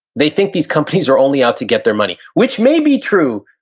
they think these companies are only out to get their money, which may be true,